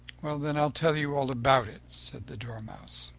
then i will tell you all about it, said the dormouse.